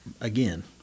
Again